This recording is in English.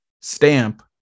stamp